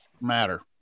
matter